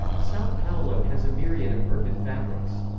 sao paulo has a myriad of urban fabrics.